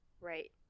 Right